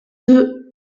deux